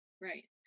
right